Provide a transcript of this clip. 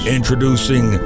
Introducing